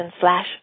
slash